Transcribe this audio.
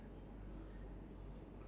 I think for me